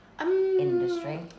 industry